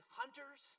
hunters